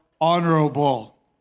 honorable